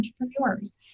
entrepreneurs